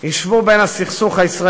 אבל אין שום מקום, ואין שום זכות, לאף אחד,